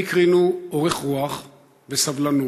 הם הקרינו אורך רוח וסבלנות